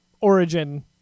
origin